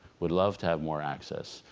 would love to have more access.